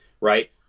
Right